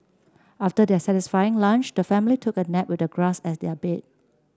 after their satisfying lunch the family took a nap with the grass as their bed